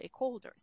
stakeholders